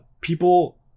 people